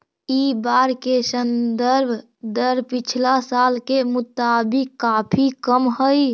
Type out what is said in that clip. इ बार के संदर्भ दर पिछला साल के मुताबिक काफी कम हई